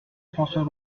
françois